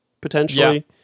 potentially